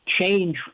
change